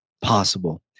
possible